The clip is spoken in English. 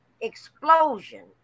explosion